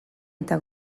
eta